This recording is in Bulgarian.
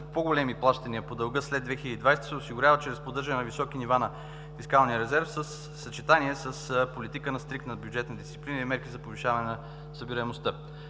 по-големи плащания по дълга след 2020 г. се осигурява чрез поддържане на високи нива на фискалния резерв, в съчетание с политика на стриктна бюджетна дисциплина и мерки за повишаване на събираемостта.